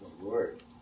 Lord